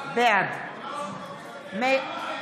בעד הוא לא אמר נגד.